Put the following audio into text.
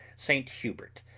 st. hubert,